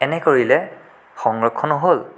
এনে কৰিলে সংৰক্ষণো হ'ল